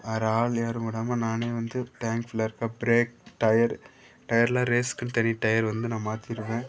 வேறு ஆள் யாரும் விடாம நானே வந்து டேங்க் ஃபுல்லா இருக்கா ப்ரேக் டயர் டயர்லாம் ரேஸுக்குன்னு தனி டயர் வந்து நான் மாத்திடுவேன்